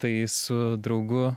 tai su draugu